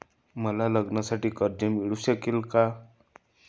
मला लग्नासाठी कर्ज मिळू शकेल का?